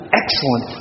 excellent